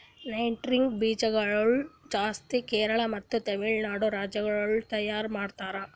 nutmeg ಬೀಜ ಗೊಳ್ ಜಾಸ್ತಿ ಕೇರಳ ಮತ್ತ ತಮಿಳುನಾಡು ರಾಜ್ಯ ಗೊಳ್ದಾಗ್ ತೈಯಾರ್ ಮಾಡ್ತಾರ್